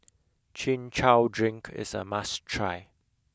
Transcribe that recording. chin chow drink is a must try